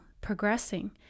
progressing